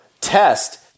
Test